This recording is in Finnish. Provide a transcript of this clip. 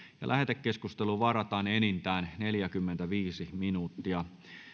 lähetekeskusteluun varataan enintään neljäkymmentäviisi minuuttia